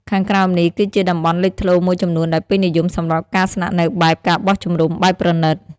ខាងក្រោមនេះ គឺជាតំបន់លេចធ្លោមួយចំនួនដែលពេញនិយមសម្រាប់ការស្នាក់នៅបែប ការបោះជំរំបែបប្រណីត៖